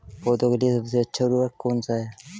पौधों के लिए सबसे अच्छा उर्वरक कौन सा है?